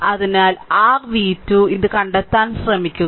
അതിനാൽ r v2 ഇത് കണ്ടെത്താൻ ശ്രമിക്കുക